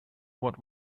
what